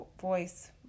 voice